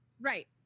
Right